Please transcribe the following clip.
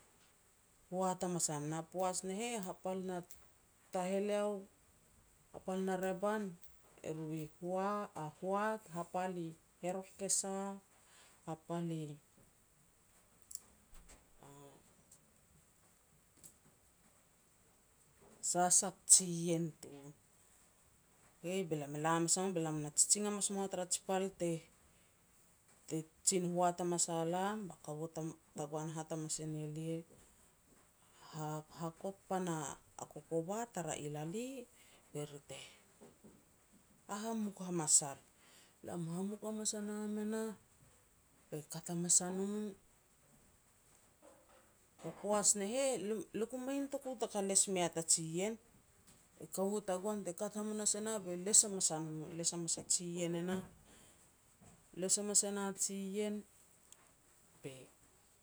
hoat hamas a nam. Na poaj ne heh, hapal na taheleo, hapal na revan eru i hoat, hapal i herok kesa, hapal i sasak jiien tun. Kei be lam e la hamas a mum be lam na jijing hamas mua tara ji pal te-te jin hoat hamas a lam ba kaua ta-tagoan hat hamas e ne lia, "Ha-hakot pan a kokova tara ilali be ri te hahamuk hamas ar. Lam hamuk hamanas a nam e nah, be kat hamas a no, a poaj ne heh lia ku mei notoku taka les mea ta jiien. E kaua tagoan te kat hamanas e nah be les hamas a no, les hamas e na jiien e nah. Les hamas e na jiien, be